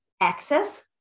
access